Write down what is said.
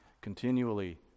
continually